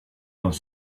dans